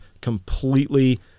completely